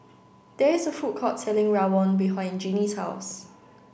there is a food court selling Rawon behind Jeanie's house